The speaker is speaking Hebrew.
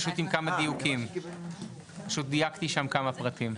פשוט דייקתי שם כמה פרטים.